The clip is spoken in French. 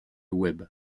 webb